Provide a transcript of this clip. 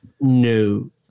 no